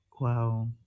wow